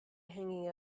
hanging